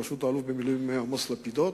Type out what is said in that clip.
בראשות האלוף במילואים עמוס לפידות,